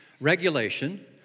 Regulation